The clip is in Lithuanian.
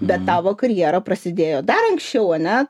bet tavo karjera prasidėjo dar anksčiau ane